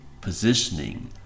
positioning